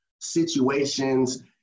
situations